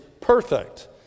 perfect